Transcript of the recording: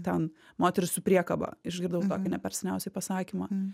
ten moteris su priekaba išgirdau tokį neperseniausiai pasakymą